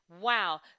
Wow